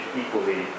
equally